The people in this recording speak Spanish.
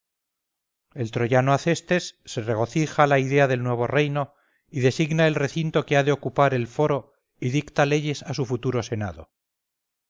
el troyano acestes se regocija a la idea del nuevo reino y designa el recinto que ha de ocupar el foro y dicta leyes a su futuro senado